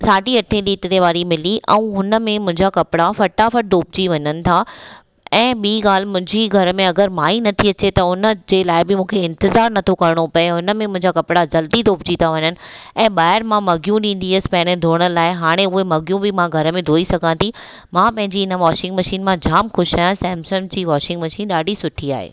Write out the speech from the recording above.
साढी अठे लीटर मिली ऐं हुनमें मुंहिंजा कपिड़ा फटाफट धोपिजी वञनि था ऐं बि ॻाल्हि मुंहिंजी घरु मे अगरि माई नथी अचे त उनजे लाइ बि मूंखे इंतिज़ारु नथो करिणो पए उनमे मुंहिंजा कपिड़ा ज़ल्दी धोपिजी था वञनि ऐं ॿाहिरि मां मग्यूं ॾींदी हुअसि पहिंरे धोअण लाइ हाणे उहे मग्यूं बि मां घरु मे धोई सघां थी मां पंहिंजी इन वॉशिंग मशीन मां जाम ख़ुशि आहियां सैमसंग जी वॉशिंग मशीन ॾाढी सुठी आहे